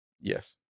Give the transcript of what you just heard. Yes